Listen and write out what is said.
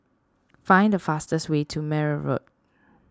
find the fastest way to Meyer Road